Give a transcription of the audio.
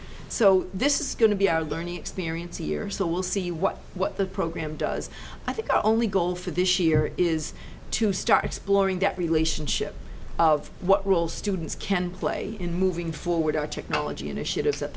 so this is going to be our learning experience here so we'll see what what the program does i think our only goal for this year is to start exploring that relationship of what role students can play in moving forward our technology initiatives at